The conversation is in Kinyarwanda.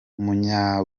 umunya